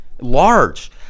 Large